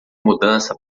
mudança